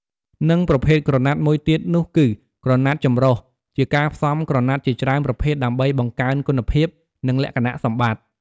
និងប្រភេទក្រណាត់មួយទៀតនោះគឺ ក្រណាត់ចំរុះ ជាការផ្សំក្រណាត់ជាច្រើនប្រភេទដើម្បីបង្កើនគុណភាព និងលក្ខណៈសម្បត្តិ។